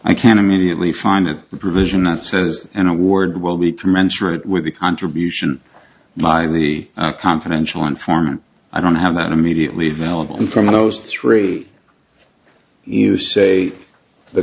i can immediately find a provision that says an award will be commensurate with the contribution miley a confidential informant i don't have that immediately available from those three you say the